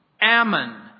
Ammon